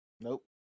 Nope